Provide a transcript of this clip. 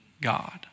God